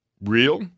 real